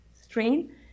strain